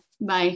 bye